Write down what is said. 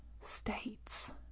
states